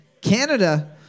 Canada